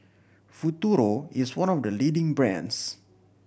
Futuro is one of the leading brands